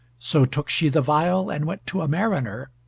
so took she the viol and went to a mariner,